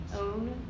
own